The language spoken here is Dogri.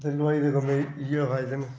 ते लुहाई दे कम्मै दे इ'यो फायदे न